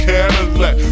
Cadillac